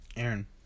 Aaron